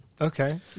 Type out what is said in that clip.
Okay